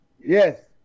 Yes